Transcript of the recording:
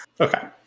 Okay